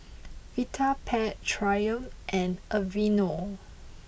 Vitapet Triumph and Aveeno